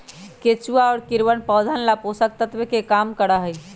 केचुआ और कीड़वन पौधवन ला पोषक तत्व के काम करा हई